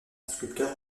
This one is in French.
sculpteur